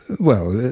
well,